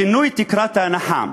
שינוי תקרת ההנחה.